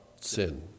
sin